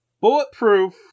bulletproof